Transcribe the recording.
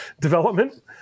development